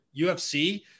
UFC